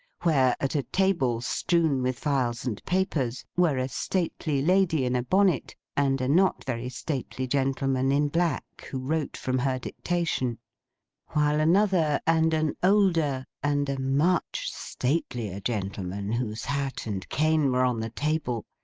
where, at a table strewn with files and papers, were a stately lady in a bonnet and a not very stately gentleman in black who wrote from her dictation while another, and an older, and a much statelier gentleman, whose hat and cane were on the table,